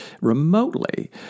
remotely